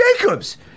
Jacobs